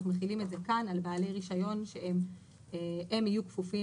אנחנו מחילים את זה כאן על בעלי רישיון שהם יהיו כפופים